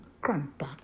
grandpa